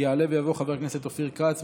יעלה ויבוא חבר הכנסת אופיר כץ.